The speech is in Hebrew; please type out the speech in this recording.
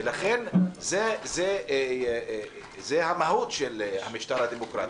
לכן זה המהות של המשטר הדמוקרטי,